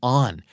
on